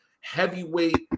heavyweight